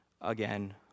Again